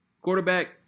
Quarterback